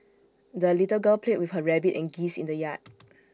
the little girl played with her rabbit and geese in the yard